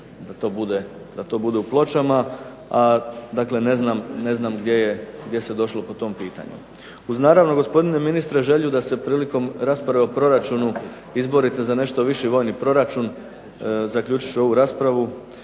da to bude u Pločama. A ne znam gdje se došlo po tom pitanju. Uz naravno gospodine ministre želju da se prilikom rasprave o proračunu izborite za nešto veći vojni proračun zaključit ću ovu raspravu.